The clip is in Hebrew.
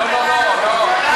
לא, לא, לא.